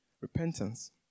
repentance